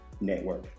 network